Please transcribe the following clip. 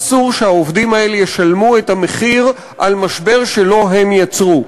אסור שהעובדים האלה ישלמו את המחיר על משבר שלא הם יצרו.